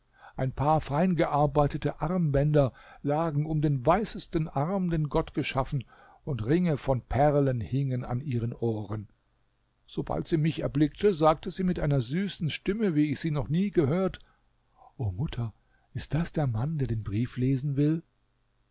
ein paar feingearbeitete armbänder lagen um den weißesten arm den gott geschaffen und ringe von perlen hingen an ihren ohren sobald sie mich erblickte sagte sie mit einer süßen stimme wie ich sie noch nie gehört o mutter ist das der mann der den brief lesen will